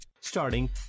Starting